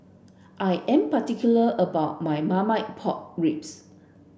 I am particular about my Marmite Pork Ribs